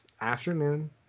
afternoon